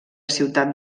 ciutat